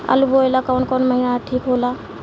आलू बोए ला कवन महीना ठीक हो ला?